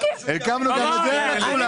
הקמנו וגם את זה הם לקחו.